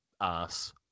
ass